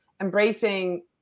embracing